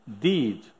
deed